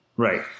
Right